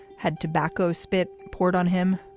had tobacco spit poured on him,